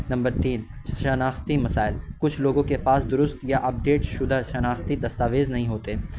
number تین شناختی مسائل کچھ لوگوں کے پاس درست یا اپڈیٹ شدہ شناختی دستاویز نہیں ہوتے